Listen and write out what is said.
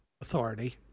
authority